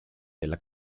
della